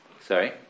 Sorry